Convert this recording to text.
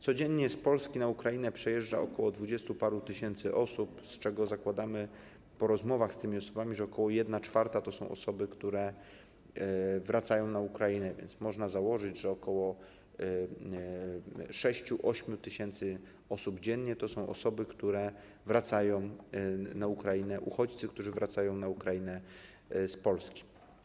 Codziennie z Polski na Ukrainę przejeżdża około dwudziestu paru tysięcy osób, z czego po rozmowach z tymi osobami zakładamy, że około 1/4 to są osoby, które wracają na Ukrainę, więc można założyć, że ok. 6-8 tys. osób dziennie to są osoby, które wracają na Ukrainę, uchodźcy, którzy wracają na Ukrainę z Polski.